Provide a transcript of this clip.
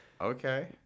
Okay